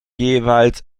jeweils